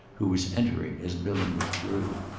who was entering as bilham withdrew.